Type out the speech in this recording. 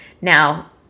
now